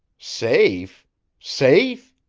safe safe?